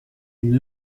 une